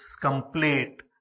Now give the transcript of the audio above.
complete